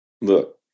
Look